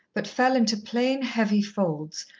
but fell into plain, heavy folds,